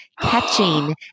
catching